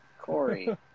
Corey